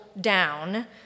down